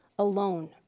alone